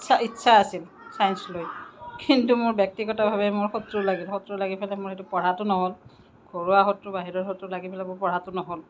ইচ্ছা আছিল চায়েন্স লৈ কিন্তু মোৰ ব্যক্তিগতভাৱে মোৰ শত্ৰু লাগিল শত্ৰু লাগি ফেলে মোৰ এইটো পঢ়াটো নহ'ল ঘৰুৱা শত্ৰু বাহিৰা শত্ৰু লাগি পেলাই মোৰ পঢ়াটো নহ'ল